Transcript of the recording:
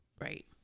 Right